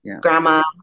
grandma